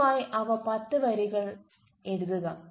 ദയവായി അവ പത്ത് വരികൾ എഴുതുക